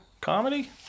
comedy